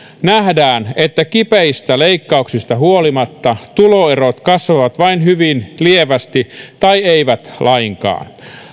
nähdään että kipeistä leikkauksista huolimatta tuloerot kasvavat vain hyvin lievästi tai eivät lainkaan